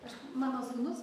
aš mano sūnus